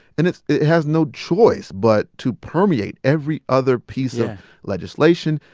and it it has no choice but to permeate every other piece of legislation.